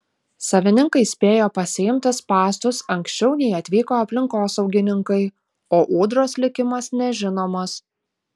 savininkai spėjo pasiimti spąstus anksčiau nei atvyko aplinkosaugininkai o ūdros likimas nežinomas